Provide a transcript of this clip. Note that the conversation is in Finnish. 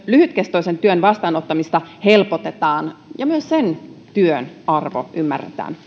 lyhytkestoisen työn vastaanottamista helpotetaan ja myös sen työn arvo ymmärretään